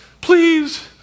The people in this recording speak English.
please